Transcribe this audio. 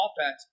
offense